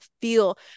feel